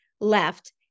left